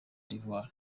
d’ivoire